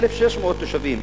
1,600 תושבים,